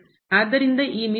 ಆದ್ದರಿಂದ ಈ ಮಿತಿ ಏನು